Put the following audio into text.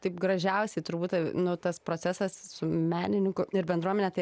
taip gražiausiai turbūt nu tas procesas su menininku ir bendruomene tai